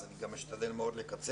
אני אשתדל מאוד לקצר.